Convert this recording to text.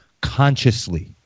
consciously